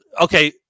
okay